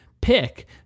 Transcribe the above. pick